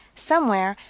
somewhere,